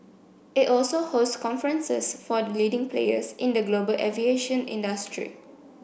it also hosts conferences for leading players in the global aviation industry